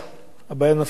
בעיה נפרולוגית